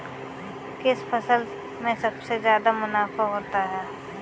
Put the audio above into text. किस फसल में सबसे जादा मुनाफा होता है?